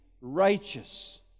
righteous